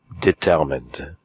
determined